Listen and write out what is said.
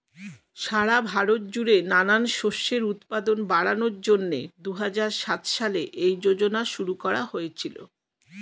সারা ভারত জুড়ে নানান শস্যের উৎপাদন বাড়ানোর জন্যে দুহাজার সাত সালে এই যোজনা শুরু করা হয়েছিল